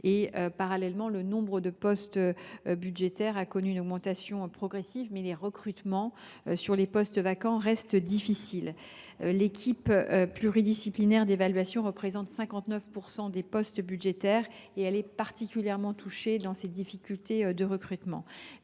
rapport à 2022. Le nombre de postes budgétaires a connu, parallèlement, une augmentation progressive, mais les recrutements sur les postes vacants restent difficiles. L’équipe pluridisciplinaire d’évaluation, qui représente 59 % des postes budgétaires, est particulièrement touchée par ces difficultés de recrutement.